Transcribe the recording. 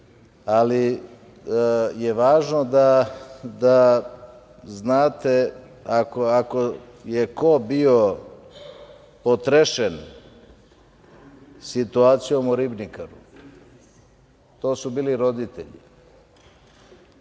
ali je važno da znate ako je ko bio potrešen situacijom u „Ribnikaru“, to su bili roditelji.